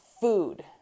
food